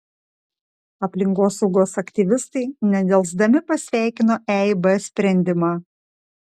aplinkosaugos aktyvistai nedelsdami pasveikino eib sprendimą